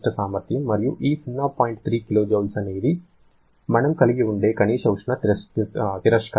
3 kJ అనేది మనం కలిగి ఉండే కనీస ఉష్ణ తిరస్కరణ